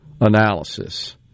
analysis